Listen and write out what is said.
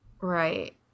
Right